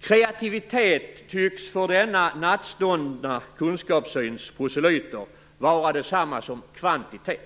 Kreativitet tycks för denna nattståndna kunskapssyns proselyter vara detsamma som kvantitet.